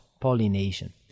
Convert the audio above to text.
pollination